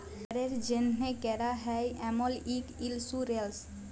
ঘ্যরের জ্যনহে ক্যরা হ্যয় এমল ইক ইলসুরেলস